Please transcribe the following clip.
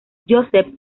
joseph